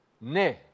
Neh